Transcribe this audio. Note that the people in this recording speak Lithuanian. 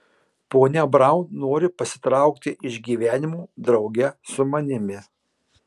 ponia braun nori pasitraukti iš gyvenimo drauge su manimi